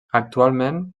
actualment